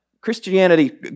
Christianity